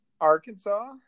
Arkansas